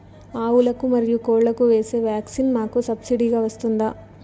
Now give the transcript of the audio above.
ఆవులకు, మరియు కోళ్లకు వేసే వ్యాక్సిన్ మాకు సబ్సిడి గా వస్తుందా?